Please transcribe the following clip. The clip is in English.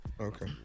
Okay